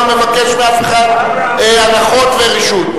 אני לא מבקש מאף אחד הנחות ורשות.